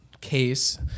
case